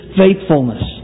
faithfulness